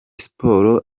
siporo